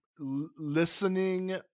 listening